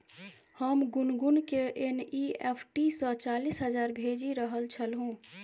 हम गुनगुनकेँ एन.ई.एफ.टी सँ चालीस हजार भेजि रहल छलहुँ